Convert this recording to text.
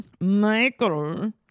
Michael